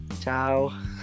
Ciao